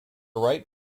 right